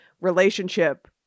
relationship